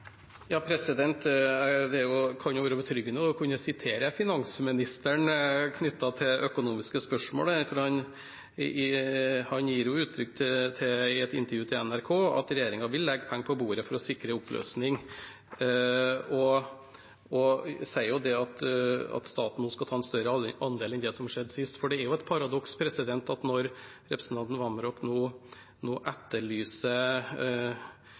Det kan jo være betryggende å sitere finansministeren i økonomiske spørsmål, for han gir i et intervju til NRK uttrykk for at regjeringen vil legge penger på bordet for å sikre oppløsning. Han sier at staten nå skal ta en større andel enn det som skjedde sist. Det er jo et paradoks at når representanten Vamraak nå etterlyser